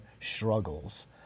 struggles